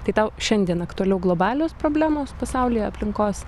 tai tau šiandien aktualiau globalios problemos pasaulyje aplinkos